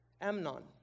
Amnon